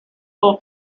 full